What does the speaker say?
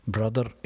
Brother